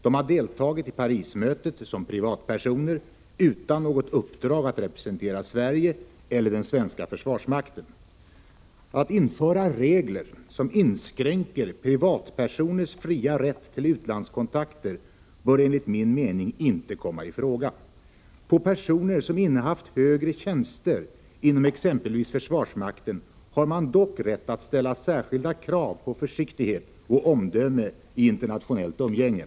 De har deltagit i Parismötet som Tisdagen den privatpersoner utan något uppdrag att representera Sverige eller den svenska 12 mars 1985 försvarsmakten. Att införa regler som inskränker privatpersoners fria rätt till utlandskon / Om det svenska takter bör enligt min mening inte komma i fråga. På personer som innehaft deltagandet i mötet högre tjänster inom Sxempelvis försvarsmakten har man dock rätt att ställa i Paris mot komsärskilda krav på försiktighet och omdöme i internationellt umgänge.